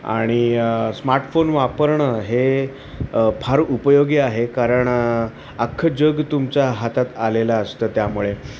आणि स्मार्टफोन वापरणं हे फार उपयोगी आहे कारण अख्खं जग तुमच्या हातात आलेलं असतं त्यामुळे